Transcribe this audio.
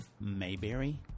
Mayberry